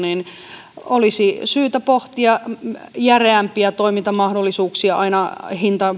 niin olisi syytä pohtia järeämpiä toimintamahdollisuuksia aina